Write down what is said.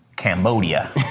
Cambodia